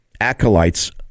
acolytes